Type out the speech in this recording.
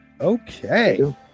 Okay